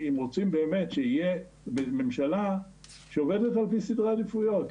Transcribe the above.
כי אם רוצים באמת שיהיה ממשלה שעובדת על פי סדרי העדיפויות,